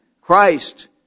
Christ